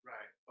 Right